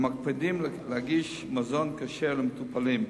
המקפידים להגיש מזון כשר למטופלים,